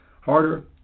harder